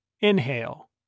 Inhale